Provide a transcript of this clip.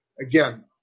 again